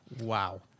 Wow